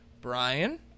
Brian